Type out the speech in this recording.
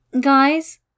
guys